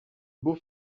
beau